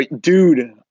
Dude